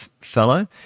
fellow